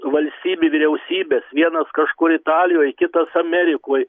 valstybių vyriausybės vienas kažkur italijoj kitas amerikoj